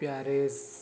Paris